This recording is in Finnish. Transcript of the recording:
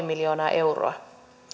miljoonaa euroa